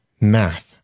math